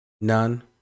None